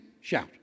shout